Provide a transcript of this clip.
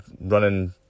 running